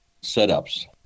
setup's